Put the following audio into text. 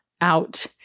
out